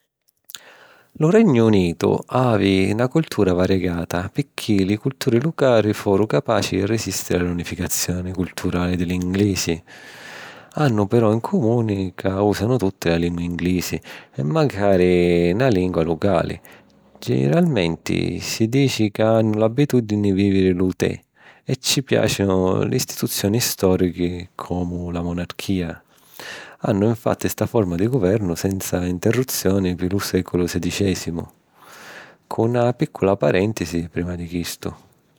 Lu Regnu Unitu havi na cultura variegata picchì li culturi lucali foru capaci di resìstiri a l'unificazioni culturali di l'inglisi. Hannu però in cumuni ca ùsanu tutti la lingua inglisi e macari na lingua lucali. Giniralmenti si dici ca hannu l’abbitùdini di vìviri lu tè e ci piàcinu l’istituzioni stòrichi comu la monarchìa. Hannu infatti sta forma di guvernu senza interruzioni di lu sèculu sidicèsimu, cu na pìcciula parèntisi prima di chistu.